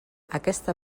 aquesta